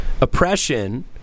oppression